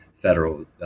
federal